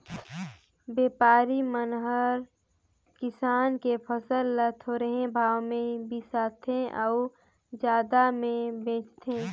बेपारी मन हर किसान के फसल ल थोरहें भाव मे बिसाथें अउ जादा मे बेचथें